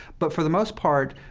but for the most part,